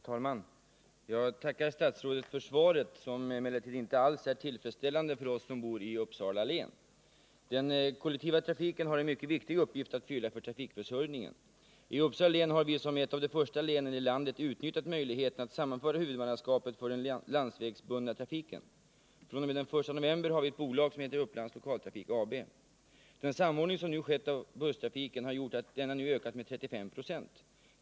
Herr talman! Jag tackar statsrådet för svaret, som emellertid inte alls är tillfredsställande för oss som bor i Uppsala län. Den kollektiva trafiken har en mycket viktig uppgift att fylla för trafikförsörjningen. I Uppsala län har vi som ett av de första länen i landet utnyttjat möjligheten att sammanföra huvudmannaskapet för den landsvägsbundna trafiken. fr.o.m. den 1 november har vi ett bolag som heter Upplands Lokaltrafik AB. Den samordning som nu skett av busstrafiken har gjort att denna nu ökat med 35 926.